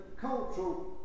cultural